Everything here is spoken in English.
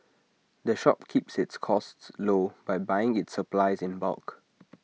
the shop keeps its costs low by buying its supplies in bulk